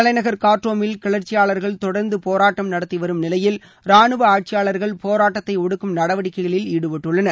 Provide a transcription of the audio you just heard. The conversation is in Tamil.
தலைநகர் கார்ட்டோமில் கிளர்ச்சியாளர்கள் தொடர்ந்து போராட்டம் நடத்திவரும் நிலையில் ரானுவ ஆட்சியாளர்கள் போராட்டத்தை ஒடுக்கும் நடவடிக்கைகளில் ஈடுபட்டுள்ளனர்